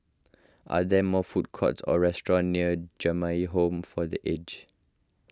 are there more food courts or restaurants near Jamiyah Home for the Aged